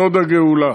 סוד הגאולה.